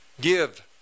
Give